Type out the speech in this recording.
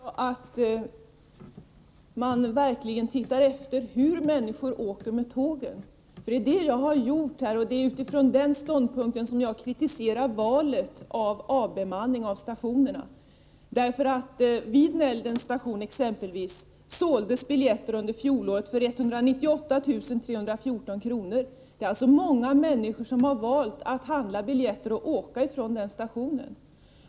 Herr talman! Då hoppas jag att man verkligen tittar efter hur människor åker med tågen. Det är det jag har gjort, och det är utifrån det som jag kritiserar valet när det gäller avbemanningen av stationerna. Vid exempelvis Näldens station såldes under fjolåret biljetter för 198 314 kr. Många Nr 73 människor har alltså valt att handla biljett och åka från den stationen.